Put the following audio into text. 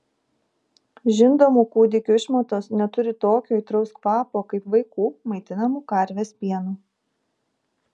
žindomų kūdikių išmatos neturi tokio aitraus kvapo kaip vaikų maitinamų karvės pienu